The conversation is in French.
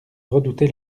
redouter